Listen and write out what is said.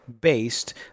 based